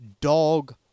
dog